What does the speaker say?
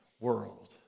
world